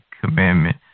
commandment